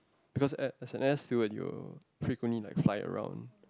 because as as an air steward you will frequently like fly around